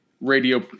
radio